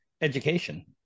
education